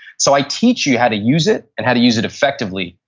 so i teach you how to use it and how to use it effectively.